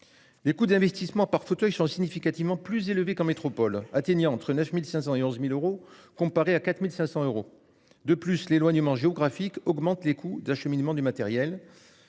Les coûts d'investissement par fauteuils sont significativement plus élevé qu'en métropole atteignait entre 9500 et 11.000 euros. Comparé à 4500 euros de plus l'éloignement géographique augmente les coûts d'acheminement du matériel.